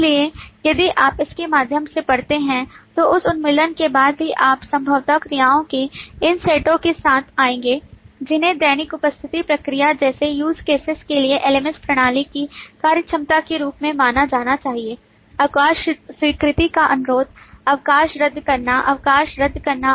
इसलिए यदि आप इसके माध्यम से पढ़ते हैं तो उस उन्मूलन के बाद भी आप संभवतः क्रियाओं के इन सेटों के साथ आएंगे जिन्हें दैनिक उपस्थिति प्रक्रिया जैसे use cases के लिए LMS प्रणाली की कार्यक्षमता के रूप में माना जाना चाहिए अवकाश स्वीकृत करने का अनुरोध अवकाश रद्द करना अवकाश रद्द करना